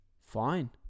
fine